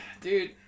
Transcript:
dude